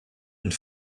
and